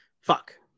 fuck